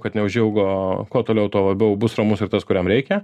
kad neužilgo kuo toliau tuo labiau bus ramus ir tas kuriam reikia